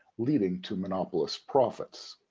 leading to monopolist profits.